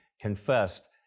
confessed